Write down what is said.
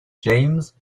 james